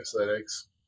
aesthetics